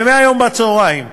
ומהיום בצהריים,